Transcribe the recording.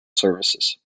services